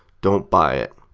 don't buy it.